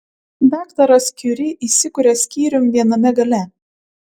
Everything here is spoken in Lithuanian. daktaras kiuri įsikuria skyrium viename gale